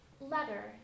Letter